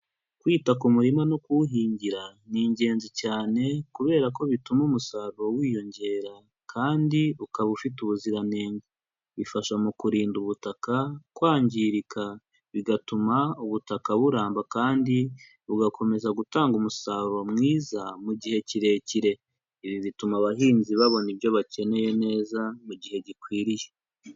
Kwita ku murima no kuwuhingira ni ingenzi cyane kubera ko bituma umusaruro wiyongera kandi ukaba ufite ubuziranenge, bifasha mu kurinda ubutaka kwangirika, bigatuma ubutaka buramba kandi bugakomeza gutanga umusaruro mwiza mu gihe kirekire, ibi bituma abahinzi babona ibyo bakeneye neza mu gihe gikwiriye.